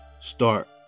start